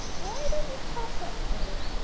why don't ye toss up for her?